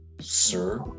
Sir